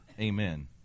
amen